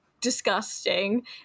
disgusting